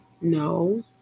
No